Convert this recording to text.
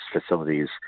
facilities